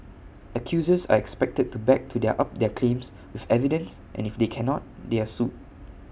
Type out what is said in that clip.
accusers are expected to back to their up their claims with evidence and if they cannot they are sued